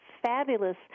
Fabulous